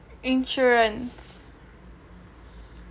insurance